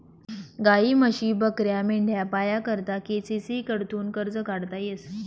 गायी, म्हशी, बकऱ्या, मेंढ्या पाया करता के.सी.सी कडथून कर्ज काढता येस